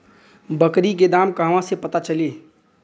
बकरी के दाम कहवा से पता चली?